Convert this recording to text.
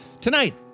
tonight